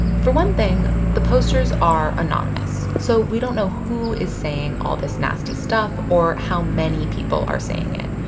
for one thing, the posters are anonymous, so we don't know who is saying all this nasty stuff or how many people are saying it.